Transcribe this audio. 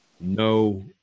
no